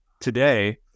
today